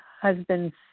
husband's